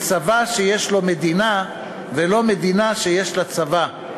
צבא שיש לו מדינה ולא מדינה שיש לה צבא,